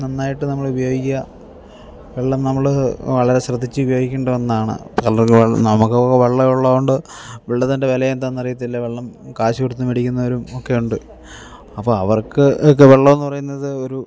നന്നായിട്ട് നമ്മൾ ഉപയോഗിക്കുക വെള്ളം നമ്മഅൽ വളരെ ശ്രദ്ധിച്ചു ഉപയോഗിക്കേണ്ട ഒന്നാണ് പലർക്ക് നമുക്ക് വെള്ളം ഉള്ളതുകൊണ്ട് വെള്ളത്തിൻ്റെ വില എന്താണെന്ന് അറിയത്തില്ല വെള്ളം കാശ് കൊടുത്ത് മേടിക്കുന്നവരും ഒക്കെ ഉണ്ട് അപ്പം അവർക്ക് ഒക്കെ വെള്ളം എന്നു പറയുന്നത് ഒരു